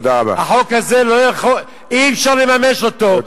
החוק הזה לא יכול, אי-אפשר לממש אותו.